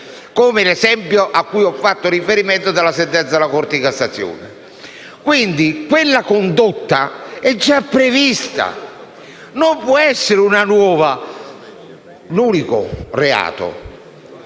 come nell'esempio, cui ho fatto riferimento, della sentenza della Corte di cassazione. Quella condotta è già prevista e non può essere una condotta